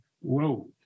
Whoa